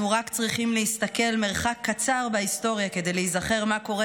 אנחנו צריכים להסתכל רק למרחק קצר בהיסטוריה כדי להיזכר מה קורה